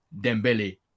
Dembele